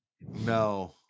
No